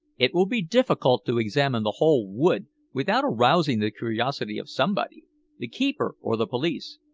it will be difficult to examine the whole wood without arousing the curiosity of somebody the keeper or the police.